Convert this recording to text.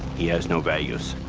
he has no values.